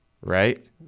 right